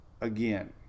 again